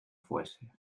fuese